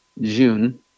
June